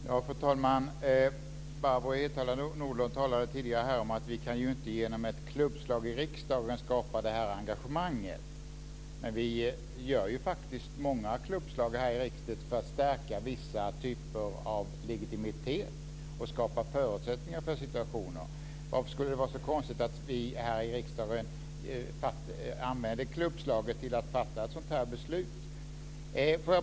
Fru talman! Barbro Hietala Nordlund talade tidigare om att vi inte genom ett klubbslag i riksdagen kan skapa detta engagemang. Men vi gör ju många klubbslag här i riksdagen för att stärka vissa typer av legitimitet och skapa förutsättningar för situationer. Varför skulle det vara så konstigt att vi här i riksdagen använde klubbslaget till att fatta ett sådant här beslut?